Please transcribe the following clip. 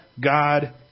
God